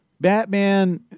Batman